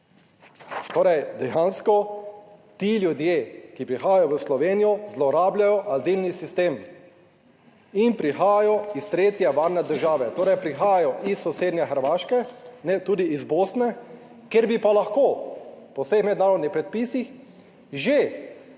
Torej dejansko ti ljudje, ki prihajajo v Slovenijo zlorabljajo azilni sistem in prihajajo iz tretje varne države, torej prihajajo iz sosednje Hrvaške, ne tudi iz Bosne, kjer bi pa lahko po vseh mednarodnih predpisih že